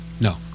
No